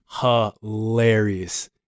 hilarious